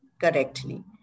correctly